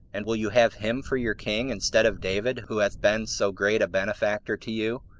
and will you have him for your king instead of david, who hath been so great a benefactor to you,